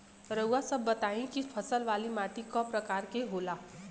रउआ सब बताई कि फसल वाली माटी क प्रकार के होला?